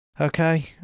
Okay